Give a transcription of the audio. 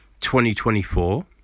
2024